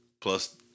plus